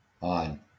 on